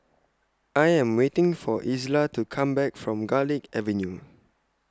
I Am waiting For Isla to Come Back from Garlick Avenue